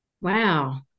Wow